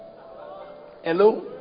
Hello